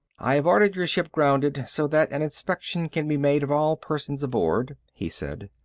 i have ordered your ship grounded so that an inspection can be made of all persons aboard, he said.